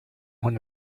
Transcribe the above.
when